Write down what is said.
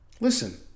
Listen